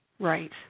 Right